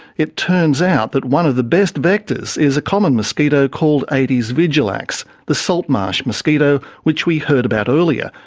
it turns out that one of the best vectors is a common mosquito called aedes vigilax, the salt marsh mosquito which we heard about earlier,